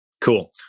Cool